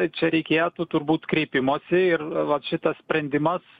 čia reikėtų turbūt kreipimosi ir vat šitas sprendimas